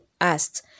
asked